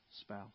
spouse